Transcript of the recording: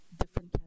different